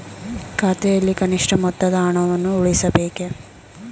ಖಾತೆಯಲ್ಲಿ ಕನಿಷ್ಠ ಮೊತ್ತದ ಹಣವನ್ನು ಉಳಿಸಬೇಕೇ?